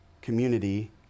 community